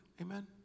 Amen